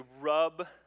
rub